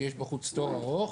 יש בחוץ תור ארוך,